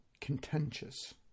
contentious